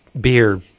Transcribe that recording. beer